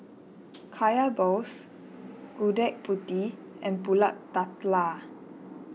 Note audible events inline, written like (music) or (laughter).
Kaya Balls Gudeg Putih and Pulut (unintelligible)